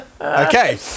Okay